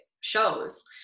shows